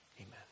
Amen